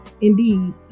indeed